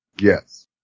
Yes